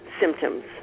symptoms